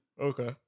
Okay